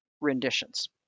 renditions